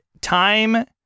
time